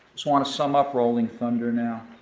just wanna sum up rolling thunder now.